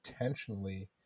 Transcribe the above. intentionally